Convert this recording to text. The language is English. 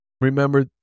Remember